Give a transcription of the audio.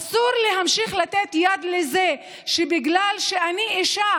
אסור להמשיך לתת יד לזה שבגלל שאני אישה